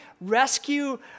rescue